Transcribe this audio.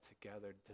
together